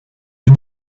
the